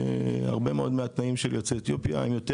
הרבה מאוד מהתנאים של יוצאי אתיופיה הם יותר